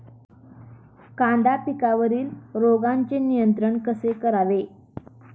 कांदा पिकावरील रोगांचे नियंत्रण कसे करावे?